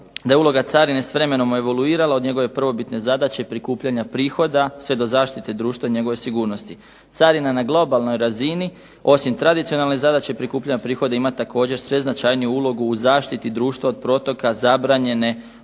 da je uloga carine s vremenom evoluirala od njegove prvobitne zadaće prikupljanja prihoda sve do zaštite društva i njegove sigurnosti. Carina na globalnoj razini osim tradicionalne zadaće prikupljanja prihoda ima također sve značajniju ulogu u zaštiti društva od protoka zabranjene